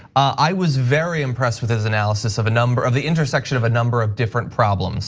i was very impressed with his analysis of a number. of the intersection of a number of different problems